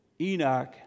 Enoch